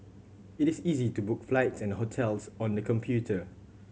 it is easy to book flights and hotels on the computer